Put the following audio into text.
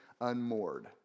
unmoored